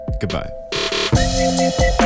Goodbye